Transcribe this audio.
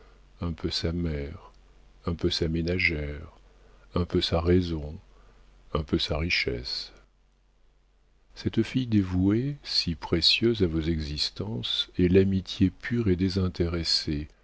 un peu sa mère un peu sa ménagère un peu sa raison un peu sa richesse cette fille dévouée si précieuse à vos existences est l'amitié pure et désintéressée